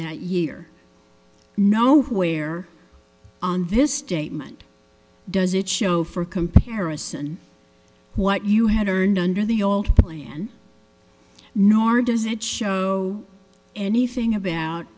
that year no where on this statement does it show for comparison what you had earned under the old plan nor does it show anything about